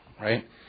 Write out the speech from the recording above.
right